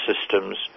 systems